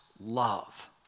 love